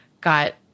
got